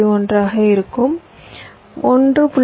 1 ஆக இருக்கும் 1